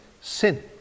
sin